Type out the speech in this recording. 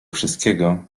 wszystkiego